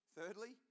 Thirdly